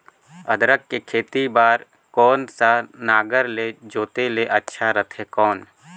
अदरक के खेती बार कोन सा नागर ले जोते ले अच्छा रथे कौन?